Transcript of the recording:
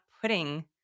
putting